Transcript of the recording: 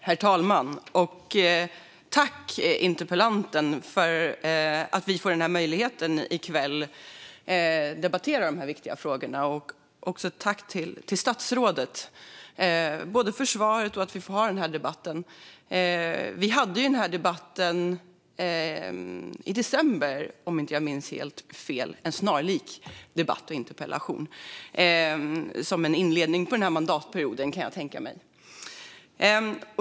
Herr talman! Tack, interpellanten, för att vi får möjlighet att i kväll debattera de här viktiga frågorna! Tack också till statsrådet - både för svaret och för att vi får ha den här debatten! Vi hade en snarlik interpellationsdebatt i december, om jag inte minns helt fel - som en inledning på mandatperioden, kan jag tänka mig.